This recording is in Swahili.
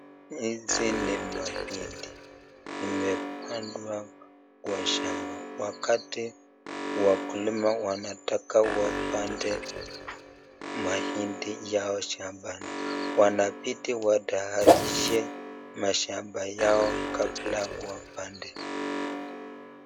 Hizi ni mahindi imepandwa kwa shamba wakati wakulima wanataka wapande mahindi yao shambani . Wanabidi watayarishe mashamba yao kabla wapande